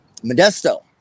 Modesto